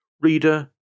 Reader